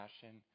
passion